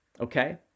okay